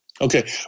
Okay